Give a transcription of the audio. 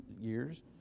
years